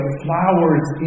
flowers